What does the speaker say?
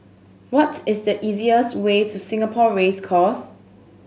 what is the easiest way to Singapore Race Course